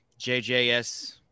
JJS